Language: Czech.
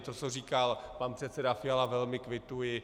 To, co říkal pan předseda Fiala, velmi kvituji.